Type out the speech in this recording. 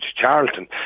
Charlton